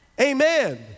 amen